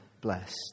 blessed